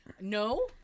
No